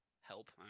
help